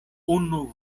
unu